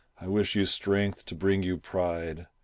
i wish you strength to bring you pride,